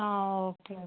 ആ okay okay